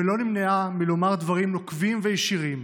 ולא נמנעה מלומר דברים נוקבים וישירים,